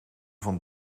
van